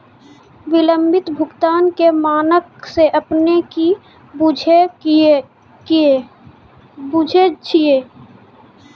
विलंबित भुगतान के मानक से अपने कि बुझै छिए?